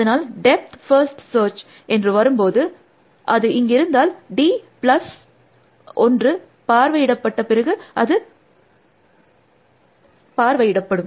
அதனால் depth first search என்று வரும்போது அது இங்கிருந்தால் d ப்ளஸ் 1 பார்வையிடப்பட்ட பிறகு அது பார்வையிடப்படும்